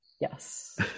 yes